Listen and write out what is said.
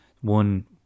One